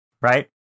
right